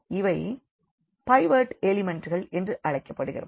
இவை பைவட் எலிமெண்ட்கள் என்று அழைக்கப்படும்